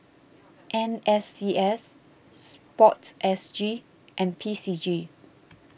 N S C S Sport S G and P C G